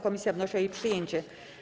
Komisja wnosi o jej przyjęcie.